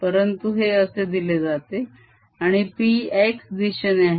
परंतु हे असे दिले जाते आणि P xदिशेने आहे